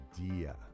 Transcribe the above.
idea